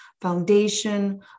foundation